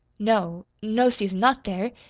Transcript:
no, no, susan, not there.